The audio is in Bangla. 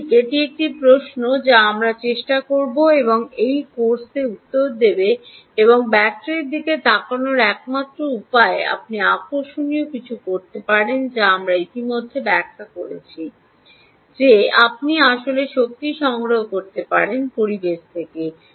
ঠিক এটি একটি প্রশ্ন যা আমরা চেষ্টা করব এবং এই কোর্সে উত্তর দেব এবং ব্যাটারির দিকে তাকানোর একমাত্র উপায় আপনি আকর্ষণীয় কিছু করতে পারেন যা আমরা ইতিমধ্যে ব্যাখ্যা করেছি যে আপনি আসলে শক্তি সংগ্রহ করতে পারেন পরিবেশ থেকেই